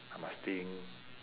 I must think